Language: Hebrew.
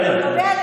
לגבי הנהלים,